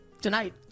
tonight